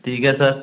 ठीक है सर